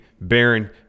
Baron